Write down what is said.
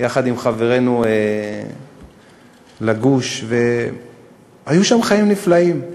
יחד עם חברינו לגוש, והיו שם חיים נפלאים.